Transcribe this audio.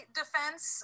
defense